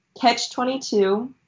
Catch-22